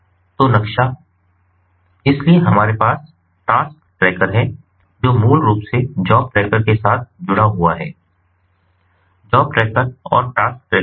तो नक्शा इसलिए हमारे पास टास्क ट्रैकर है जो मूल रूप से जॉब ट्रैकर के साथ जुड़ा हुआ है जॉब ट्रैकर और टास्क ट्रैकर